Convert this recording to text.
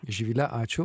živile ačiū